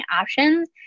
options